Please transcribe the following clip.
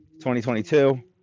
2022